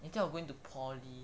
instead of going to poly